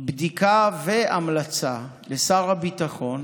בדיקה והמלצה לשר הביטחון